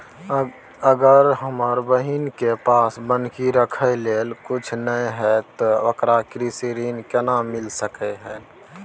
अगर हमर बहिन के पास बन्हकी रखय लेल कुछ नय हय त ओकरा कृषि ऋण केना मिल सकलय हन?